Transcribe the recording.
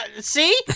See